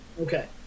Okay